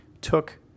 took